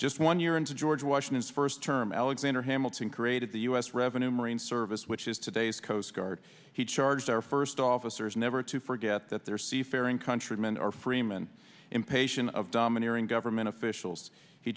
just one year into george washington's first term alexander hamilton created the u s revenue marine service which is today's coast guard he charged our first officers to forget that their seafaring countrymen are freeman impatient of domineering government officials he